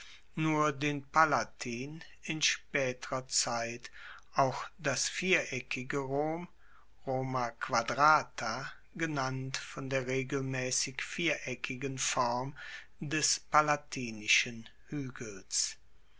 nur den palatin in spaeterer zeit auch das viereckige rom roma quadrata genannt von der regelmaessig viereckigen form des palatinischen huegels